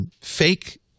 fake